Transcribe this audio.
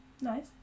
Nice